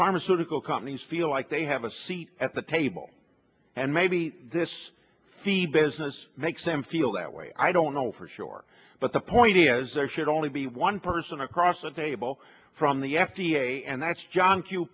pharmaceutical companies feel like they have a seat at the table and maybe this fee business makes them feel that way i don't know for sure but the point is there should only be one person across the table from the f d a and that's john q